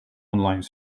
online